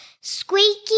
squeaky